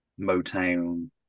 Motown